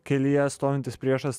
kelyje stovintis priešas